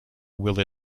will